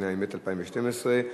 התשע"ב 2012,